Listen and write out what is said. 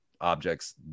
objects